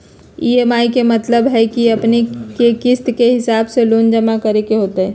EMI के मतलब है कि अपने के किस्त के हिसाब से लोन जमा करे के होतेई?